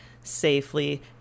safely